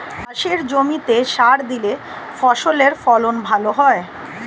চাষের জমিতে সার দিলে ফসলের ফলন ভালো হয়